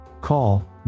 call